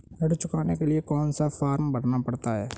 ऋण चुकाने के लिए कौन सा फॉर्म भरना पड़ता है?